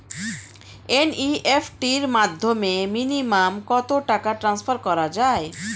NEFT র মাধ্যমে minimum কত টাকা টান্সফার করা যায়?